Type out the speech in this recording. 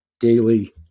Daily